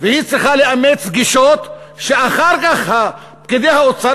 והיא צריכה לאמץ גישות שאחר כך פקידי האוצר